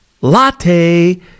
latte